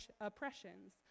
oppressions